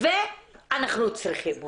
ואנחנו צריכים אותם,